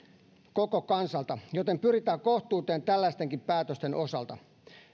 koko kansalta joten pyritään kohtuuteen tällaistenkin päätösten osalta